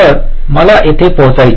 तर मला येथे पोहोचायचे